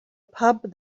pub